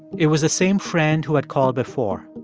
it was the same friend who had called before.